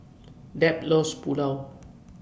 Deb loves Pulao